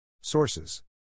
Sources